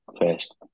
first